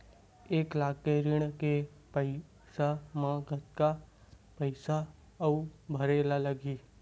एक लाख के ऋण के पईसा म कतका पईसा आऊ भरे ला लगही?